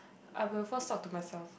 I will first talk to myself